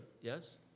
yes